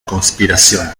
conspiración